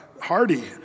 hardy